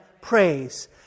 praise